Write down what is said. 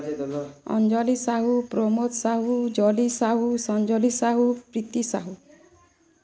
Anjali Sahu Pramod Sahu Jali Sahu Sanjali Sahu Priti Sahu